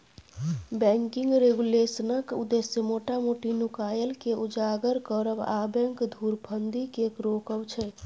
banking रेगुलेशनक उद्देश्य मोटा मोटी नुकाएल केँ उजागर करब आ बैंक धुरफंदी केँ रोकब छै